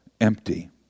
empty